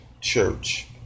Church